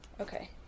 Okay